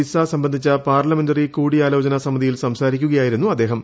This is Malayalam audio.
വിസ സംബന്ധിച്ച പാർലമെൻറി കൂടിയാലോചന സമിതിയിൽ സംസാരിക്കുകയായിരുന്നു അദ്ദേഹം